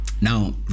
Now